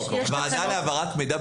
בתקנות מכוח חוק הגנת הפרטיות.